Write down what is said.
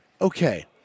Okay